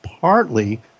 partly